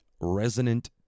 resonant